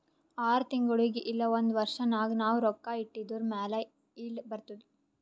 R ತಿಂಗುಳಿಗ್ ಇಲ್ಲ ಒಂದ್ ವರ್ಷ ನಾಗ್ ನಾವ್ ರೊಕ್ಕಾ ಇಟ್ಟಿದುರ್ ಮ್ಯಾಲ ಈಲ್ಡ್ ಬರ್ತುದ್